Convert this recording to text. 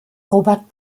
robert